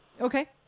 Okay